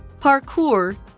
Parkour